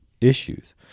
issues